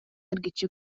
эргиччи